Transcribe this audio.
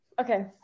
Okay